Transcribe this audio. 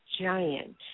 giant